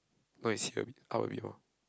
go and see a bit I will read more